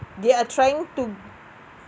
they are trying to